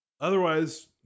otherwise